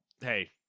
hey